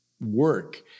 work